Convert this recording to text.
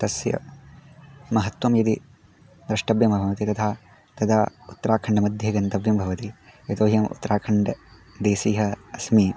तस्य महत्त्वं यदि द्रष्टव्यंभवति तथा तदा उत्तराखण्ड् मध्ये गन्तव्यं भवति यतो हि अहम् उत्तराखण्ड् देशीयः अस्मि